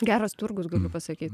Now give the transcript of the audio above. geras turgus pasakyt